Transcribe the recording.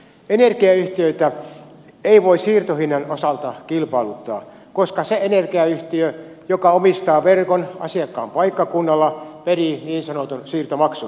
energiayhtiöitä ei voi siirtohinnan osalta kilpailuttaa koska se energiayhtiö joka omistaa verkon asiakkaan paikkakunnalla perii niin sanotun siirtomaksun